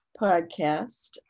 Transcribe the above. podcast